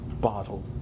bottle